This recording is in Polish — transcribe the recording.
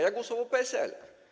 Jak głosował PSL?